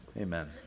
Amen